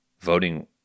voting